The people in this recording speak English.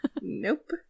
Nope